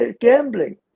Gambling